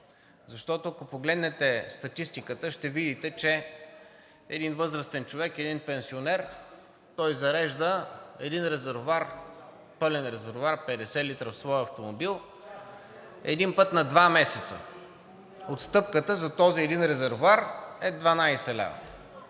защото, ако погледнете статистиката, ще видите, че един възрастен човек, един пенсионер зарежда един пълен резервоар 50 л в своя автомобил един път на два месеца. Отстъпката за този един резервоар е 12 лв.,